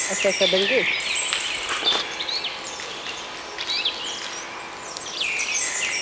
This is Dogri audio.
अच्छा अच्छा डंगे